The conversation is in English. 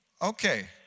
Okay